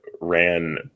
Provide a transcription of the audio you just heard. ran